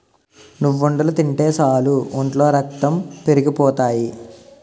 నువ్వుండలు తింటే సాలు ఒంట్లో రక్తం పెరిగిపోతాయి